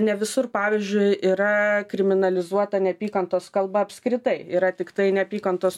ne visur pavyzdžiui yra kriminalizuota neapykantos kalba apskritai yra tiktai neapykantos